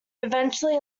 eventually